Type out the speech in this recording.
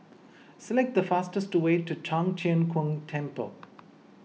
select the fastest way to Tong Tien Kung Temple